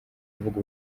kuvuga